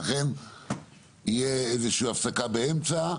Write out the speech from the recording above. ולכן תהיה גם איזושהי הפסקה באמצע.